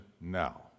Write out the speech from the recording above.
now